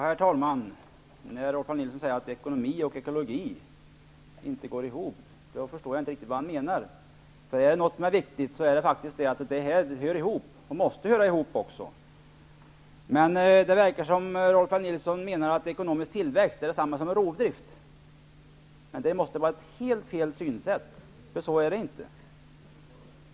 Herr talman! Rolf L. Nilson säger att ekonomi och ekologi inte går ihop. Jag förstår inte riktigt vad han menar. Är det någonting som är viktigt är det faktiskt att se till att dessa hör ihop. Det verkar som att Rolf L. Nilson menar att ekonomisk tillväxt är detsamma som rovdrift. Det måste vara ett helt felaktigt synsätt, för så är det ju inte.